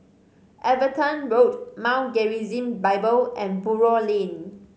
Everton Road Mount Gerizim Bible and Buroh Lane